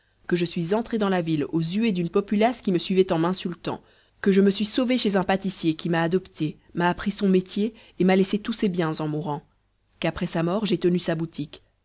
que je suis entré dans la ville aux huées d'une populace qui me suivait en m'insultant que je me suis sauvé chez un pâtissier qui m'a adopté m'a appris son métier et m'a laissé tous ses biens en mourant qu'après sa mort j'ai tenu sa boutique